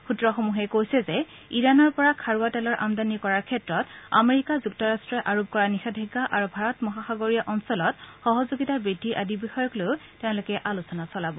সূত্ৰসমূহে কৈছে যে ইৰানৰ পৰা খাৰুৱা তেলৰ আমদানি কৰাৰ ক্ষেত্ৰত আমেৰিকা যুক্তৰ্ট্ৰই আৰোপ কৰা নিষেধাজ্ঞা আৰু ভাৰত মহাসাগৰীয় অঞ্চলত সহযোগিতা বৃদ্ধি আদি বিষয়ক লৈও তেওঁলোকে আলোচনা চলাব